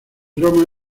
roma